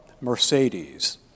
Mercedes